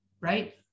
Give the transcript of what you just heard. right